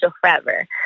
Forever